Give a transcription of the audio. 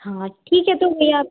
हाँ ठीक है तो भैया